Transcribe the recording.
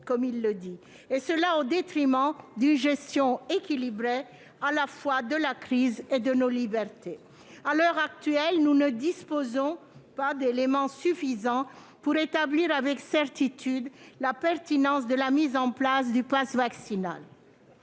et cela au détriment d'une gestion équilibrée de la crise et de nos libertés. À l'heure actuelle, nous ne disposons pas d'éléments suffisants pour établir avec certitude la pertinence de la mise en place du passe vaccinal.